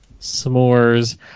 S'mores